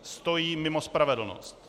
Stojí mimo spravedlnost.